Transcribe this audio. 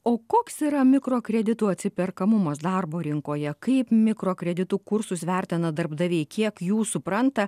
o koks yra mikrokreditų atsiperkamumas darbo rinkoje kaip mikrokreditų kursus vertina darbdaviai kiek jų supranta